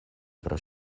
pro